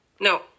No